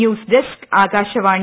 news desk Akashvani